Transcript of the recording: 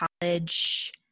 college